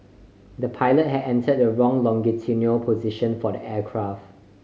the pilot had entered the wrong longitudinal position for the aircraft